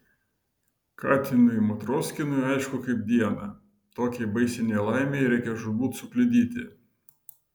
katinui matroskinui aišku kaip dieną tokiai baisiai nelaimei reikia žūtbūt sukliudyti